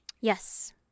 yes